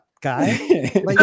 guy